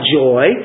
joy